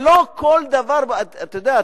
אתה יודע,